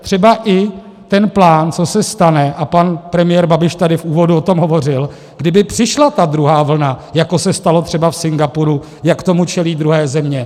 Třeba i ten plán, co se stane, a pan premiér Babiš tady v úvodu o tom hovořil, kdyby přišla ta druhá vlna, jako se stalo třeba v Singapuru, jak tomu čelí druhé země.